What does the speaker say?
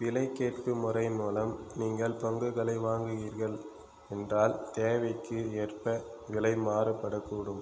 விலை கேட்பு முறையின் மூலம் நீங்கள் பங்குகளை வாங்குகிறீர்கள் என்றால் தேவைக்கு ஏற்ப விலை மாறுபடக்கூடும்